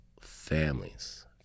families